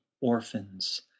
orphans